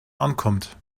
ankommt